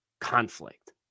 conflict